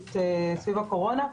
אפידמיולוגית סביב הקורונה.